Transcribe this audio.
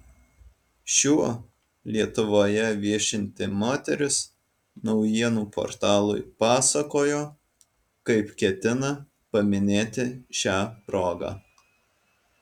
šiuo lietuvoje viešinti moteris naujienų portalui pasakojo kaip ketina paminėti šią progą